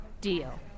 Deal